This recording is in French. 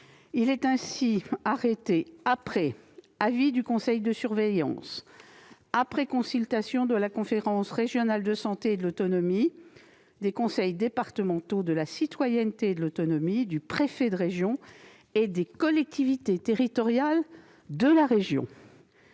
Il est publié après avis du conseil de surveillance et après consultation de la conférence régionale de la santé et de l'autonomie, des conseils départementaux de la citoyenneté et de l'autonomie, du préfet de région et des collectivités territoriales de la région.